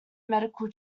medical